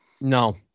no